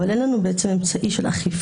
אבל אין לנו אמצעי של אכיפה,